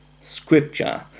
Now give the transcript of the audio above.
scripture